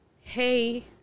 hey